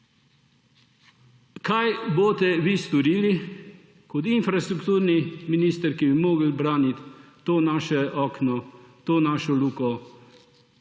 Kaj boste vi storili kot infrastrukturni minister, ki bi morali braniti to naše okno v svet, to našo luko